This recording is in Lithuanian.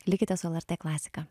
likite su lrt klasika